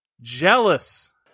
jealous